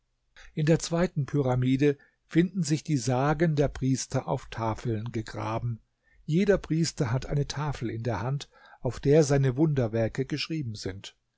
in der zweiten pyramide finden sich die sagen der priester auf tafeln gegraben jeder priester hat eine tafel in der hand auf der seine wunderwerke geschrieben sind